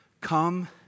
Come